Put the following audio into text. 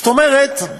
זאת אומרת,